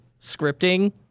scripting